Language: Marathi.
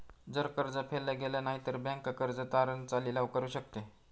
जर कर्ज फेडल गेलं नाही, तर बँक कर्ज तारण चा लिलाव करू शकते